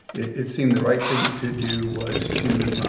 it seemed the right thing to do was to